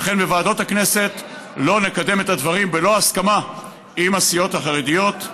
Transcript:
וכן בוועדות הכנסת לא נקדם את הדברים בלא הסכמה עם הסיעות החרדיות.